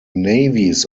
navies